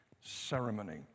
ceremony